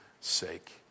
sake